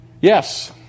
yes